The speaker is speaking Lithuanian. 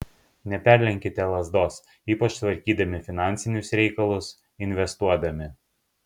neperlenkite lazdos ypač tvarkydami finansinius reikalus investuodami